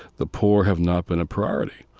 the poor have not been a priority.